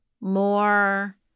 more